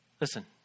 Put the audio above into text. Listen